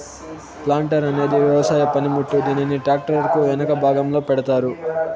planter అనేది వ్యవసాయ పనిముట్టు, దీనిని ట్రాక్టర్ కు ఎనక భాగంలో పెడతారు